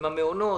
עם המעונות,